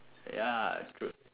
ya true